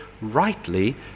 rightly